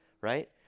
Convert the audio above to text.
right